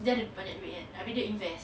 dia ada banyak duit kan abeh dia invest